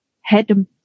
head